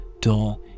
dull